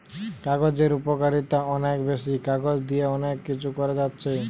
কাগজের উপকারিতা অনেক বেশি, কাগজ দিয়ে অনেক কিছু করা যাচ্ছে